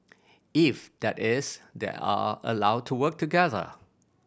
if that is they are allowed to work together